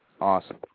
awesome